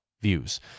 views